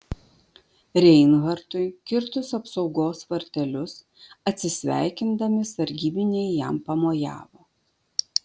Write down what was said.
reinhartui kirtus apsaugos vartelius atsisveikindami sargybiniai jam pamojavo